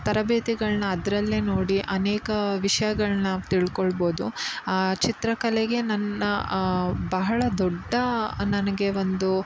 ತರಬೇತಿಗಳನ್ನು ಅದರಲ್ಲೇ ನೋಡಿ ಅನೇಕ ವಿಷಯಗಳ್ನ ತಿಳ್ಕೊಳ್ಬೋದು ಆ ಚಿತ್ರಕಲೆಗೆ ನನ್ನ ಬಹಳ ದೊಡ್ಡ ನನಗೆ ಒಂದು